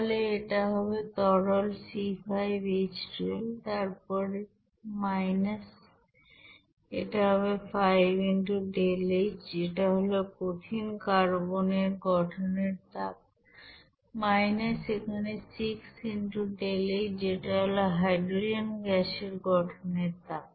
তাহলে এটা হবে তরল C5H12 তারপর এটা হবে 5 x ΔH যেটা হলো কঠিন কার্বন এর গঠনের তাপ এখানে 6x ΔH যেটা হলো হাইড্রোজেন গ্যাসের গঠনের তাপ